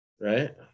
right